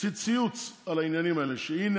מוציא ציוץ על העניינים האלה: הינה,